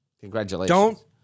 Congratulations